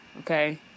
Okay